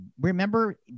remember